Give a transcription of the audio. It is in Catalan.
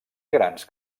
grans